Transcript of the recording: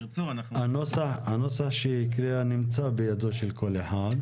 הנוסח שרעות הקריאה נמצא בידו של כל אחד,